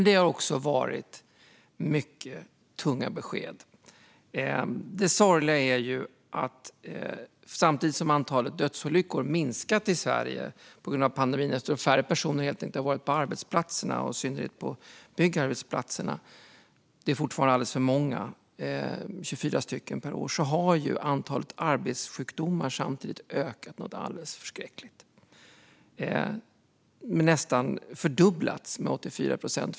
Det har också kommit mycket tunga besked. På grund av pandemin har färre personer varit på arbetsplatserna, i synnerhet på byggarbetsplatserna. Antalet dödsolyckor på arbetsplatserna har därför minskat i Sverige, även om 24 per år fortfarande är alldeles för många. Men det sorgliga är att samtidigt har antalet anmälda arbetssjukdomar ökat alldeles förskräckligt. Det har nästan fördubblats, med 84 procent.